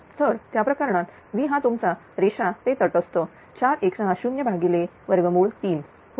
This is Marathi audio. तर त्या प्रकरणात V हा तुमचा रेषा ते तटस्थ 41603होईल